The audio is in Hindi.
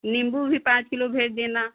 नींबू भी पाँच किलो भेज देना